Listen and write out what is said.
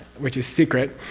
which is secret.